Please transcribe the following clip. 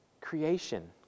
creation